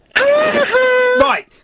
Right